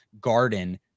garden